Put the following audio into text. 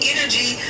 Energy